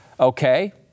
Okay